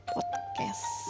Podcast